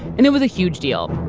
and it was a huge deal.